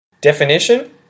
Definition